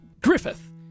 Griffith